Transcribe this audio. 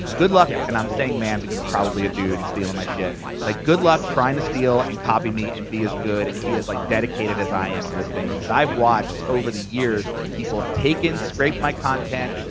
good luck, yeah and i'm saying man because it's probably a dude stealing my shit, it's like, good luck trying to steal and copy me and be as good and be as like dedicated as i am to this thing because i've watched over the years people have taken, scraped my content,